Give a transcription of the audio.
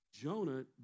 Jonah